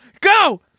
go